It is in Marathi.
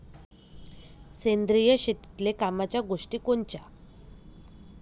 सेंद्रिय शेतीतले कामाच्या गोष्टी कोनच्या?